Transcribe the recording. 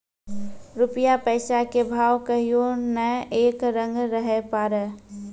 रूपया पैसा के भाव कहियो नै एक रंग रहै पारै